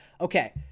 Okay